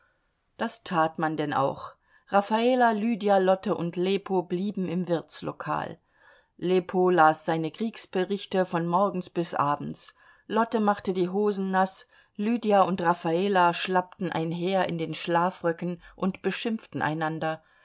das tat man denn auch raffala lydia lotte und lepo blieben im wirtslokal lepo las seine kriegsberichte von morgens bis abends lotte machte die hosen naß lydia und raffala schlappten einher in den schlafröcken und beschimpften einander